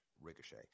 ricochet